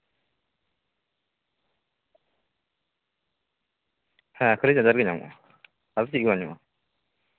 ᱦᱮᱸ ᱠᱷᱟᱹᱞᱤ ᱪᱟᱨᱡᱟᱨ ᱜᱮ ᱧᱟᱢᱚᱜᱼᱟ ᱟᱫᱚ ᱪᱮᱫᱜᱮ ᱵᱟᱝ ᱧᱟᱢᱚᱜᱼᱟ